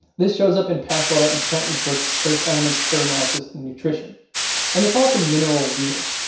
this shows up in passwater and cranton's book trace elements, hair analysis and nutrition and they call it the mineral wheel.